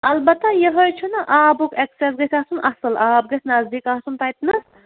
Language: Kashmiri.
البتہ یِہوٚے چھُنہ آبُک اٮ۪کسٮ۪س گَژھِ آسُن اَصٕل آب گژھِ نزدیٖک آسُن تَتِنَس